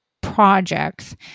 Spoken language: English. projects